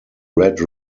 red